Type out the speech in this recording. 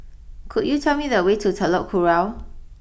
could you tell me the way to Telok Kurau